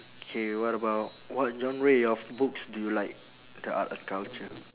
okay what about what genre of books do you like the art and culture